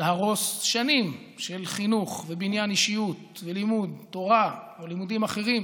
להרוס שנים של חינוך ובניין אישיות ולימוד תורה ולימודים אחרים,